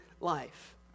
life